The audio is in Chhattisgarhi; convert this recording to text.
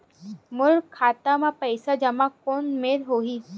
मोर खाता मा पईसा जमा कोन मेर होही?